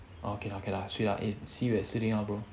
oh okay okay lah swee lah see you at bro